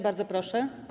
Bardzo proszę.